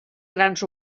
grans